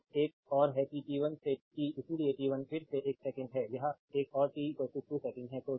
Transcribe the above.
तो एक और है कि t 1 से t इसलिए t 1 फिर से एक सेकंड है यह एक और t 2 सेकंड है